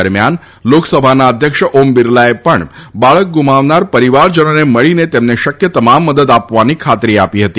દરમ્યાન લોકસભાના અધ્યક્ષ ઓમ બિરલાએ પણ બાળક ગુમાવનાર પરિવારજનોને મળીને તેમને શક્ય તમામ મદદ આપવાની ખાતરી આપી હતી